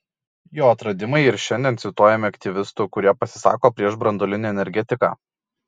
jo atradimai ir šiandien cituojami aktyvistų kurie pasisako prieš branduolinę energetiką